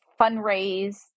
fundraise